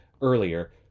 earlier